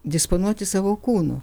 disponuoti savo kūnu